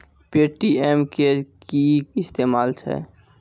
Paytm के कि इस्तेमाल छै?